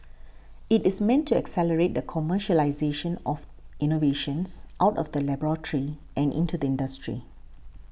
it is meant to accelerate the commercialisation of innovations out of the laboratory and into the industry